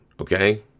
okay